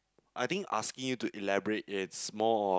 I think asking you to elaborate it's more of